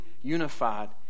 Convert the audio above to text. unified